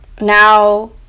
now